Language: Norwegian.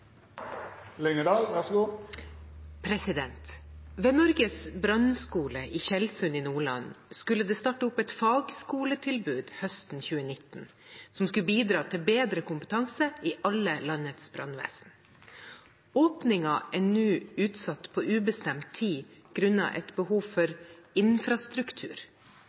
brannskole i Tjeldsund i Nordland skulle det starte opp et fagskoletilbud høsten 2019 som skulle bidra til bedre kompetanse i alle landets brannvesen. Åpningen er nå utsatt på ubestemt tid grunnet behov for «infrastruktur». Hvilken infrastruktur